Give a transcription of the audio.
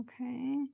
Okay